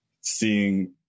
seeing